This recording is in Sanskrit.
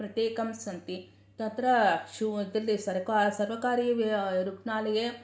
प्रत्येकं सन्ति तत्र सर्वकारीयरुग्नालये